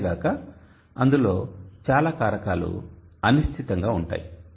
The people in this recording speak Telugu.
అంతే గాక అందులో చాలా కారకాలు అనిశ్చితంగా ఉంటాయి